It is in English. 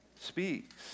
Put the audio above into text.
speaks